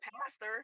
pastor